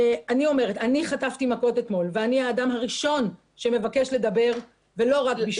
אני חטפתי מכות אתמול ואני האדם הראשון שמבקש לדבר ולא רק בשמי.